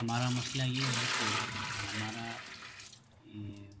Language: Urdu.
ہمارا مسئلہ یہ ہے کہ ہمارا